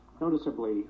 noticeably